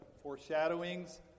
foreshadowings